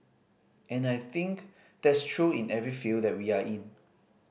and I think that's true in every field that we are in